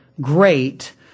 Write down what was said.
great